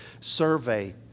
survey